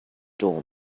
dull